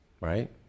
right